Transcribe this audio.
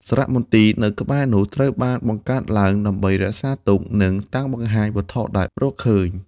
សារមន្ទីរនៅក្បែរនោះត្រូវបានបង្កើតឡើងដើម្បីរក្សាទុក និងតាំងបង្ហាញវត្ថុដែលរកឃើញ។